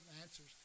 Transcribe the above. answers